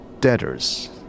Debtors